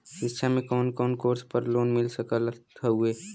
शिक्षा मे कवन कवन कोर्स पर लोन मिल सकत हउवे?